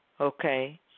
Okay